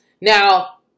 Now